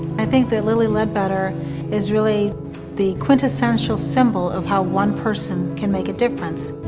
i think that lilly ledbetter is really the quintessential symbol of how one person can make a difference.